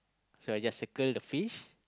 so I just circle the fish